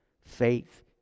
faith